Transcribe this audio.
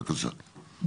בבקשה.